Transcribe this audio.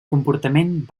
comportament